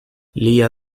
lia